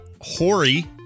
Hori